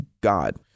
God